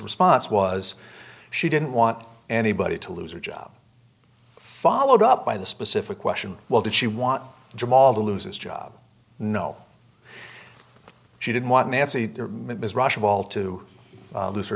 response was she didn't want anybody to lose her job followed up by the specific question well did she want jamal the lose his job no she didn't want nancy ms rush of all to lose he